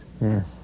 Yes